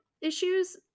issues